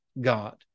God